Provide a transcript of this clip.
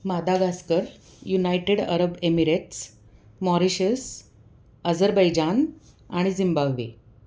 Madagascar United Arab Emirates Mauritius Azerbaijan आणि Zimbabwe